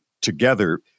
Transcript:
together